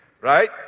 right